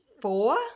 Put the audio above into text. Four